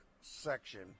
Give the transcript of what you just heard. section